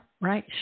right